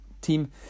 team